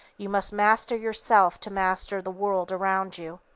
you must master yourself to master the world around you.